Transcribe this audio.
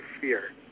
fear